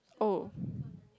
oh